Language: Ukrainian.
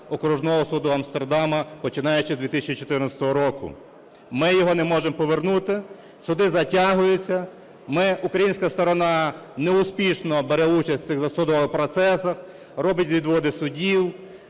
окружного суду Амстердаму, починаючи з 2014 року. Ми його не можемо повернути, суди затягуються, ми, українська сторона не успішно бере участь в цих судових процесах, робить відводи судів.